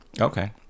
Okay